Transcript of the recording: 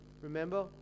remember